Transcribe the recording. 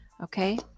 Okay